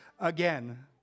again